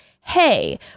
hey